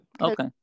Okay